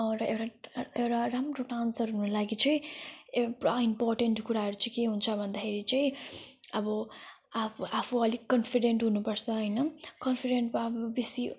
र एउटा एउटा राम्रो डान्सर हुनु लागि चाहिँ पुरा इम्पोर्टेन्ट कुराहरू चाहिँ के हुन्छ भन्दाखेरि चाहिँ अब अब आफू अलिक कन्फिडेन्ट हुनु पर्छ होइन कन्फिडेन्ट वा अब बेसी